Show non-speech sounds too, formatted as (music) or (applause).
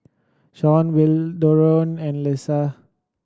Sean (unintelligible) and Lesa